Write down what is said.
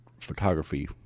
photography